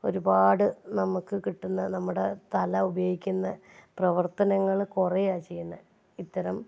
ഒരുപാട് നമുക്ക് കിട്ടുന്ന നമ്മുടെ തല ഉപയോഗിക്കുന്ന പ്രവർത്തനങ്ങൾ കുറയാണ് ചെയ്യുന്നത് ഇത്തരം